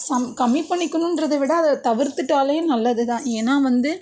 some கம்மி பண்ணிக்கணுன்றதை விட அதை தவிர்த்துவிட்டாலே நல்லது தான் ஏன்னா வந்து